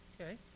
okay